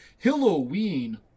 Halloween